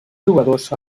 jugadors